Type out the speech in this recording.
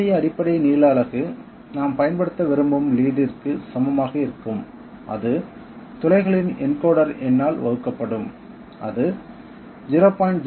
தற்போதைய அடிப்படை நீள அலகு நாம் பயன்படுத்த விரும்பும் லீட்ற்கு சமமாக இருக்கும் அது துளைகளின் என்கோடர் எண்ணால் வகுக்கப்படும் அது 0